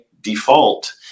default